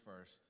first